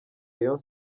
rayon